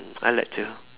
I like too